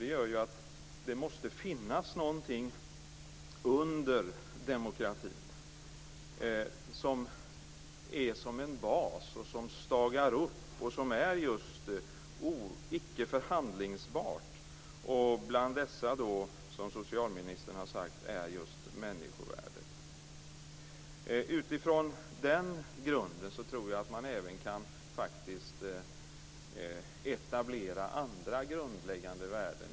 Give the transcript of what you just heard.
Det gör ju att det måste finnas någonting under demokratin som är som en bas, som stagar upp och som inte är förhandlingsbart, och bland det som socialministern har nämnt är människovärdet just detta. Utifrån den grunden tror jag faktiskt att man även kan etablera andra grundläggande värden.